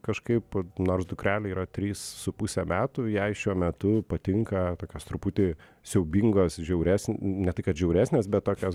kažkaip nors dukrelei yra trys su puse metų jai šiuo metu patinka tokios truputį siaubingos žiauresn ne tai kad žiauresnės bet tokios